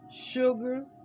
sugar